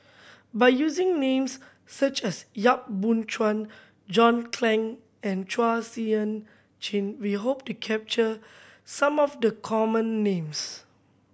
by using names such as Yap Boon Chuan John Clang and Chua Sian Chin we hope to capture some of the common names